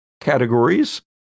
categories